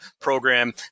program